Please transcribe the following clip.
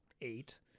eight